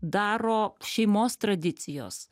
daro šeimos tradicijos